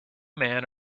man